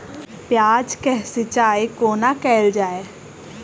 प्याज केँ सिचाई कोना कैल जाए?